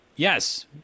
Yes